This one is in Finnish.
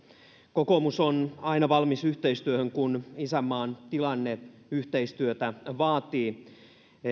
kokoomus on aina valmis yhteistyöhön kun isänmaan tilanne yhteistyötä vaatii